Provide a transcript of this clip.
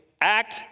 act